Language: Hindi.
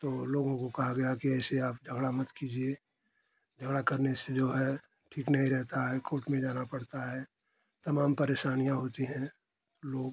तो लोगों को कहा गया कि ऐसे आप झगड़ा मत कीजिए झगड़ा करने से जो है ठीक नहीं रहता है कोर्ट में जाना पड़ता है तमाम परेशानियाँ होती हैं लोग